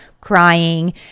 crying